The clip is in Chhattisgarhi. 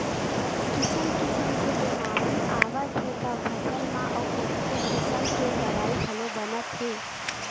किसम किसम के बेमारी आवत हे ग फसल म अउ ओतके किसम के दवई घलोक बनत हे